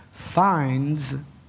finds